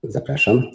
Zapraszam